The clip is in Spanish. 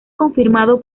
confirmado